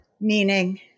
meaning